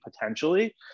potentially